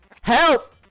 Help